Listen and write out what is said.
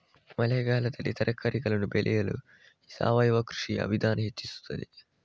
ಮಳೆಗಾಲದಲ್ಲಿ ತರಕಾರಿಗಳನ್ನು ಬೆಳೆಯಲು ಸಾವಯವ ಕೃಷಿಯ ವಿಧಾನ ಹೆಚ್ಚಿಸುತ್ತದೆ?